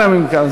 אנא מכם,